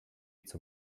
zum